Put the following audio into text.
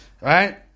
right